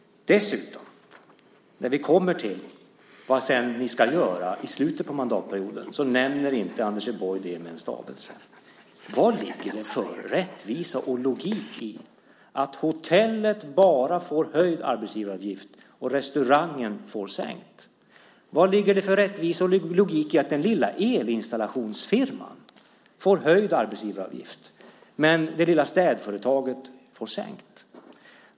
Dessutom: När vi kommer till vad ni sedan ska göra - i slutet av mandatperioden - nämner Anders E Borg inte det med en enda stavelse. Vad ligger det för rättvisa och logik i att hotellet får höjd arbetsgivaravgift och restaurangen får sänkt? Vad ligger det för rättvisa och logik i att den lilla elinstallationsfirman får höjd arbetsgivaravgift, medan det lilla städföretaget får en sänkning?